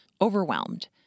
overwhelmed